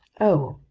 oh?